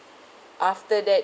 after that